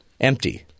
empty